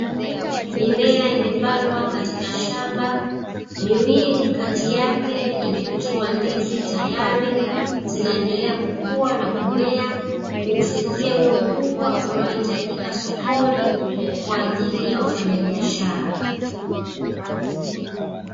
Mimea imepandwa katika shamba, miwili kati yake imetoa ndizi tayari, zinaendelea kukua na kumea, kuufikia ule ukubwa unaohitajika sokoni kwa ajili ya wafanyabiashara.